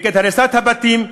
נגד הריסת הבתים,